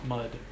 Mud